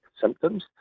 symptoms